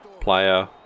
player